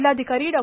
जिल्हाधिकारी डॉ